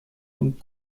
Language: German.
und